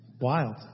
Wild